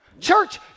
Church